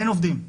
אין עובדים.